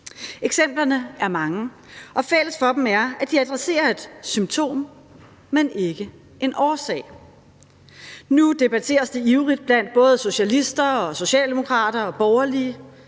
Eksemplerne er mange, og fælles for dem er, at de adresserer et symptom, men ikke en årsag. Nu debatteres det ivrigt blandt både socialister og socialdemokrater og borgerlige,